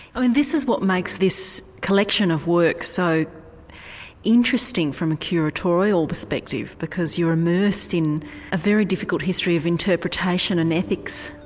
ah and this is what makes this collection of work so interesting from a curatorial perspective, because you're immersed in a very difficult history of interpretation and ethics.